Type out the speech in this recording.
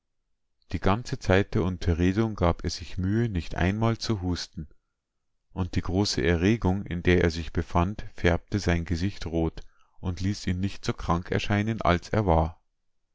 die ganze zeit der unterredung gab er sich mühe nicht einmal zu husten und die große erregung in der er sich befand färbte sein gesicht rot und ließ ihn nicht so krank erscheinen als er war